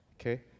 Okay